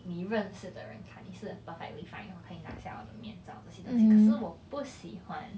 你认识的人看你是 perfectly fine 我可以拿下我的面罩这些东西可是我不喜欢